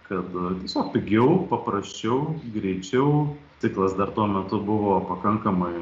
kad tiesiog pigiau paprasčiau greičiau stiklas dar tuo metu buvo pakankamai